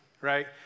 right